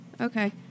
Okay